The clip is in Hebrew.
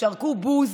שרקו בוז